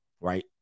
Right